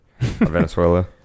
venezuela